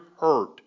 hurt